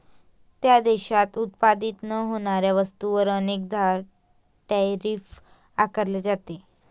त्या देशात उत्पादित न होणाऱ्या वस्तूंवर अनेकदा टैरिफ आकारले जाते